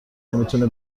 نمیتونه